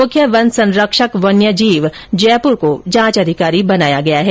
मुख्य वन संरक्षक वन्य जीव जयपुर को जांच अधिकारी बनाया गया है